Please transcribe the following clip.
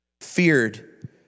feared